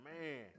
Man